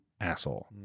Asshole